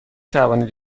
توانید